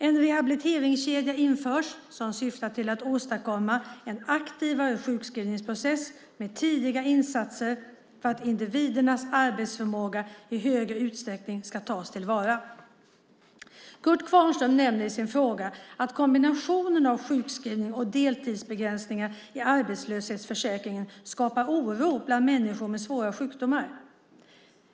En rehabiliteringskedja införs som syftar till att åstadkomma en aktivare sjukskrivningsprocess med tidiga insatser för att individernas arbetsförmåga i större utsträckning ska tas till vara. Kurt Kvarnström nämner i sin fråga att kombinationen av sjukskrivning och deltidsbegränsningen i arbetslöshetsförsäkringen skapar oro bland människor med svåra sjukdomar.